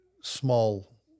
small